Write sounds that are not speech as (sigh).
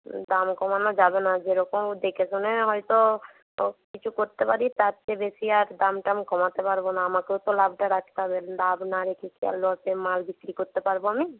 দাম কমানো যাবে না যেরকম দেখেশুনে হয়তো (unintelligible) কিছু করতে পারি তার চেয়ে বেশি আর দাম টাম কমাতে পারব না আমাকেও তো লাভটা রাখতে হবে লাভ না রেখে কি আর লসে মাল বিক্রি করতে পারব আমি